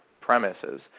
premises